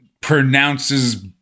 pronounces